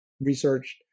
researched